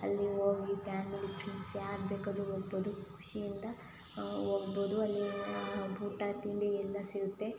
ಅಲ್ಲಿ ಹೋಗಿ family friends ಯಾರು ಬೇಕಾದ್ರೂ ಹೋಗ್ಬೋದು ಖುಷಿಯಿಂದ ಹೋಗ್ಬೋದು ಅಲ್ಲಿ ಊಟ ತಿಂಡಿ ಎಲ್ಲ ಸಿಗುತ್ತೆ